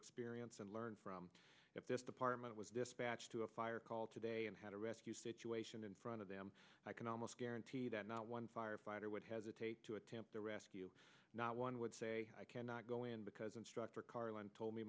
experience and learn from if this department was dispatched to a fire call today and had a rescue situation in front of them i can almost guarantee that not one firefighter would hesitate to attempt a rescue not one would say i cannot go in because instructor carline told me